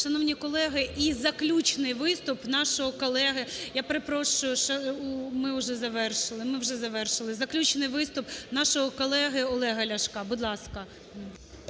Шановні колеги, і заключний виступ нашого колеги… Я